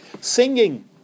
Singing